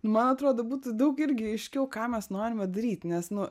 nu man atrodo būtų daug irgi aiškiau ką mes norime daryti nes nu